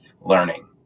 learning